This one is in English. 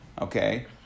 Okay